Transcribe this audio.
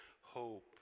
hope